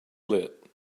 lit